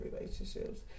relationships